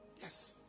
Yes